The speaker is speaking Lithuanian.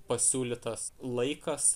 pasiūlytas laikas